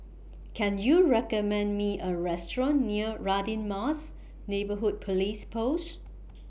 Can YOU recommend Me A Restaurant near Radin Mas Neighbourhood Police Post